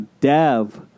Dev